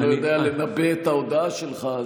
אני לא יודע לנבא את ההודעה שלך.